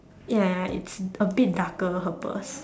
ya it's a bit darker her purse